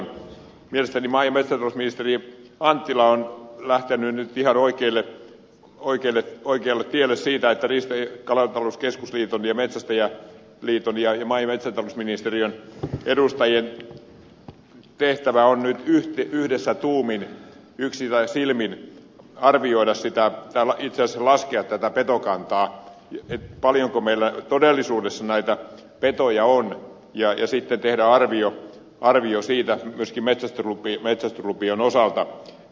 mielestäni maa ja metsätalousministeri anttila on lähtenyt nyt ihan oikealle tielle siinä että riista ja kalatalouden tutkimuslaitoksen ja metsästäjäliiton ja maa ja metsätalousministeriön edustajien tehtävä on nyt yksissä tuumin yksillä silmin laskea tätä petokantaa sitä paljonko meillä todellisuudessa näitä petoja on ja sitten tehdä arvio siitä myöskin metsästyslupien osalta